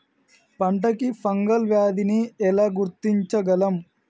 పంట కి ఫంగల్ వ్యాధి ని ఎలా గుర్తించగలం?